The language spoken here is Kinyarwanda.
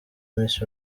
miss